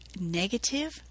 negative